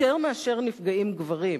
יותר מאשר נפגעים גברים.